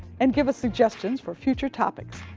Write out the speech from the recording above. and give us suggestions for future topics.